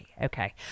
Okay